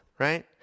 right